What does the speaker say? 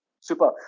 Super